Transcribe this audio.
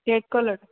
red colour